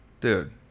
dude